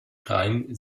rhein